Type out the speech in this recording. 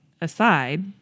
aside